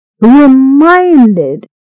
reminded